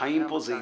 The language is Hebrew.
החיים פה זה איזון.